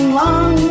long